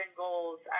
goals